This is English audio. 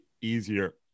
easier